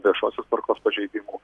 viešosios tvarkos pažeidimų